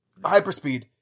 hyperspeed